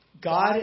God